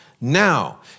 Now